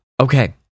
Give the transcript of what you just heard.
Okay